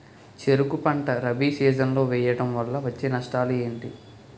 చెరుకు పంట రబీ సీజన్ లో వేయటం వల్ల వచ్చే నష్టాలు ఏంటి?